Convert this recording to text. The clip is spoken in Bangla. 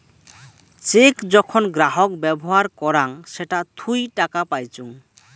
চেক যখন গ্রাহক ব্যবহার করাং সেটা থুই টাকা পাইচুঙ